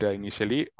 initially